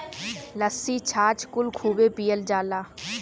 लस्सी छाछ कुल खूबे पियल जाला